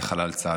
כחלל צה"ל.